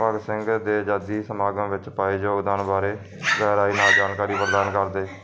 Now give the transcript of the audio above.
ਭਗਤ ਸਿੰਘ ਦੇ ਆਜ਼ਾਦੀ ਸਮਾਗਮ ਵਿੱਚ ਪਾਏ ਯੋਗਦਾਨ ਬਾਰੇ ਗਹਿਰਾਈ ਨਾਲ ਜਾਣਕਾਰੀ ਪਰਦਾਨ ਕਰਦੇ